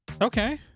Okay